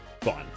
fun